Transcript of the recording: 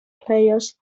players